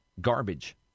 garbage